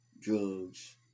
drugs